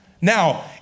Now